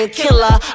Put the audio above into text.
killer